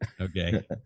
Okay